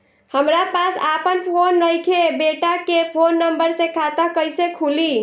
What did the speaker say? हमरा पास आपन फोन नईखे बेटा के फोन नंबर से खाता कइसे खुली?